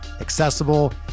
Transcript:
accessible